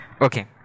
Okay